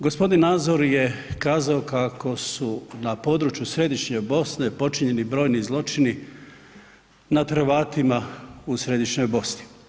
Gospodin Nazor je kazao kako su na području Središnje Bosne počinjeni brojni zločini nad Hrvatima u Središnjoj Bosni.